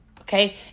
Okay